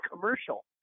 commercial